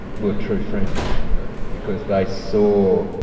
were true friends you know because they saw